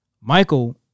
Michael